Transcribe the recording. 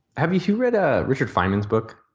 have you read ah richard feynman's book?